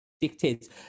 Dictates